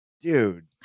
dude